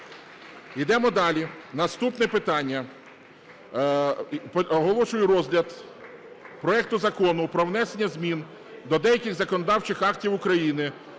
Ідемо далі. Наступне питання. Оголошую розгляд проекту Закону про внесення змін до деяких законодавчих актів України